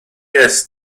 est